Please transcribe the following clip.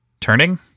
turning